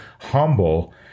humble